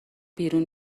بیرون